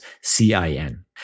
CIN